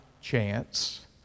chance